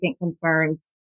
concerns